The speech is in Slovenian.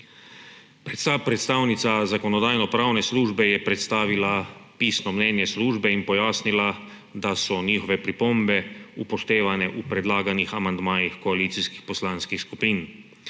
Predstavnica Zakonodajno-pravne službe je predstavila pisno mnenje službe in pojasnila, da so njihove pripombe upoštevne v predlaganih amandmajih koalicijskih poslanskih skupin.